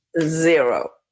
Zero